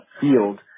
field